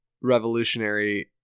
revolutionary